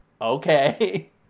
Okay